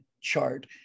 chart